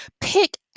Pick